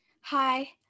Hi